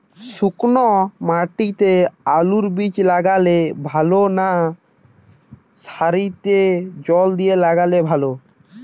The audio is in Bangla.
শুক্নো মাটিতে আলুবীজ লাগালে ভালো না সারিতে জল দিয়ে লাগালে ভালো?